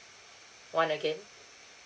one again